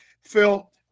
Phil